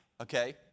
okay